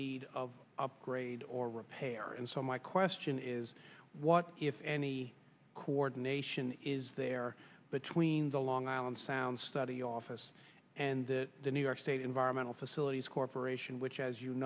need of upgrade or repair and so my question is what if any coordination is there between the long island sound study office and the new york state environmental facilities corporation which as you